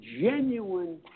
genuine